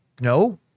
no